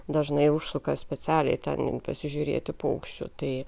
dažnai užsuka specialiai ten pasižiūrėti paukščių taip